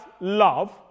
love